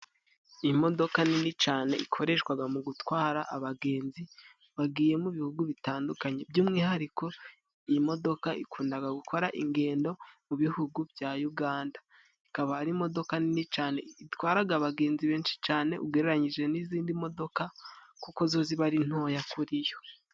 Imodoka nini cane ikoreshwaga mu gutwara abagenzi bagiye mu bihugu bitandukanye. By'umwihariko iyi modoka ikundaga gukora ingendo mu bihugu bya Uganda, ikaba ari imodoka nini itwaraga abagenzi benshi cyane, ugereranyije n'izindi modoka kuko zo ziba ari ntoya kuri yo.